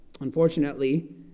Unfortunately